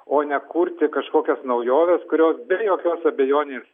o nekurti kažkokios naujovės kurios be jokios abejonės